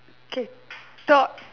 okay thought